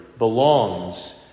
belongs